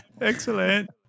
excellent